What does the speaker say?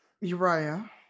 Uriah